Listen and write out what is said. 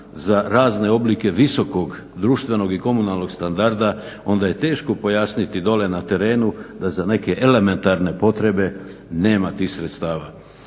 za razne oblike visokog društvenog i komunalnog standarda onda je teško pojasniti dole na terenu da za neke elementarne potrebe nema tih sredstava.